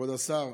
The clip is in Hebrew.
כבוד השר,